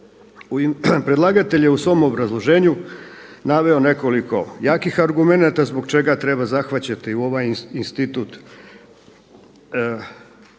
Predlagatelj je u svom obrazloženju naveo nekoliko jakih argumenata zbog čega treba zahvaćati u ovaj institut